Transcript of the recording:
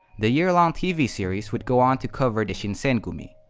the year long tv series would go on to cover the shinsengumi,